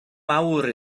mawr